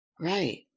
Right